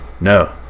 No